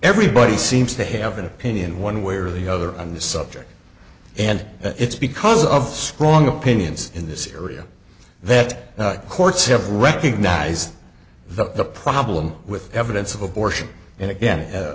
everybody seems to have an opinion one way or the other on this subject and it's because of strong opinions in this area that courts have recognized the problem with evidence of abortion and again